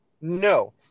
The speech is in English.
no